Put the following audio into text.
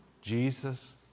Jesus